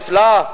נפלא,